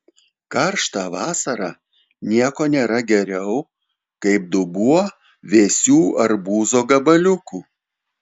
karštą vasarą nieko nėra geriau kaip dubuo vėsių arbūzo gabaliukų